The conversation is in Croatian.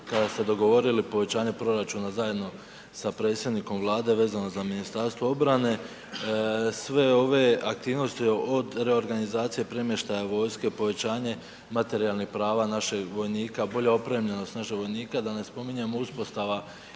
kada ste dogovorili povećanje proračuna zajedno sa predsjednikom Vlade vezano za Ministarstvo obrane, sve ove aktivnosti od reorganizacije, premještaja, vojske, povećanje materijalnih prava naših vojnika, bolja opremljenost napih vojnika, da ne spominjem uspostava vojnog